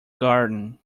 garden